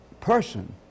person